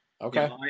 Okay